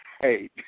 hey